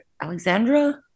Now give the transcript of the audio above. Alexandra